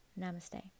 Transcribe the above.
Namaste